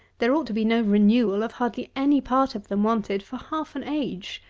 there ought to be no renewal of hardly any part of them wanted for half an age,